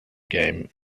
game